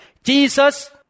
Jesus